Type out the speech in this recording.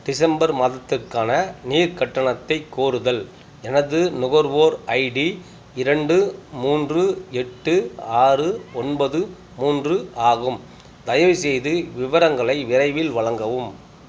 December மாதத்திற்கான நீர் கட்டணத்தைக் கோருதல் எனது நுகர்வோர் ஐடி இரண்டு மூன்று எட்டு ஆறு ஒன்பது மூன்று ஆகும் தயவு செய்து விவரங்களை விரைவில் வழங்கவும்